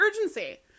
urgency